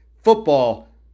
Football